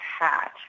hat